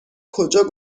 کجا